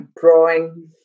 drawing